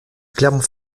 clermont